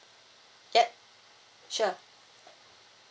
yup sure